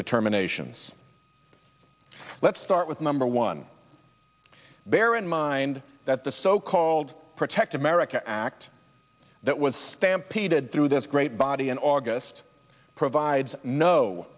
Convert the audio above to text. determinations let's start with number one bear in mind that the so called protect america act that was stampeded through this great body in august provides no